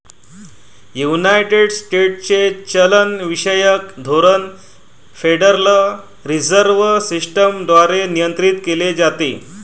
United स्टेट्सचे चलनविषयक धोरण फेडरल रिझर्व्ह सिस्टम द्वारे नियंत्रित केले जाते